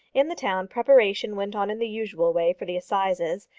in the town preparation went on in the usual way for the assizes,